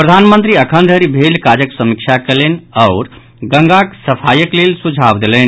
प्रधानमंत्री अखन धरि भेल काजक समीक्षा कयलनि आओर गंगाक सफाईक लेल सुझाव देलनि